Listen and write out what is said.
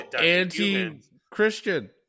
anti-Christian